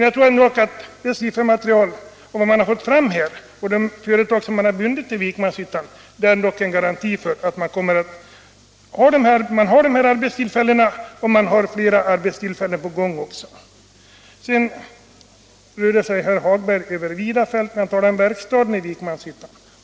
Jag tror att det siffermaterial som man har fått fram och de företag som man har bundit till Vikmanshyttan ändock är en garanti för att man har de här arbetstillfällena och flera på gång. Herr Hagberg i Borlänge rörde sig över vida fält när han talade om verkstaden i Vikmanshyttan.